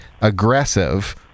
aggressive